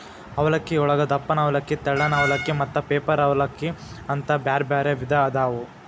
ಅವಲಕ್ಕಿಯೊಳಗ ದಪ್ಪನ ಅವಲಕ್ಕಿ, ತೆಳ್ಳನ ಅವಲಕ್ಕಿ, ಮತ್ತ ಪೇಪರ್ ಅವಲಲಕ್ಕಿ ಅಂತ ಬ್ಯಾರ್ಬ್ಯಾರೇ ವಿಧ ಅದಾವು